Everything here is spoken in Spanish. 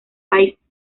países